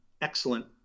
excellent